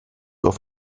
auf